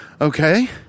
Okay